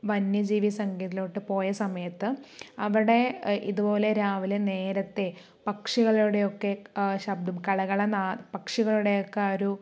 വന്യജീവി സങ്കേതത്തിലേക്ക് പോയ സമയത്ത് അവിടെ ഇതുപോലെ രാവിലെ നേരത്തെ പക്ഷികളുടെ ഒക്കെ ശബ്ദം കള കള നാദം പക്ഷികളുടെ ഒക്കെ ആ ഒരു